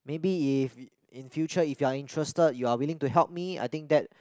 maybe if in future if you are interested you are willing to help me I think that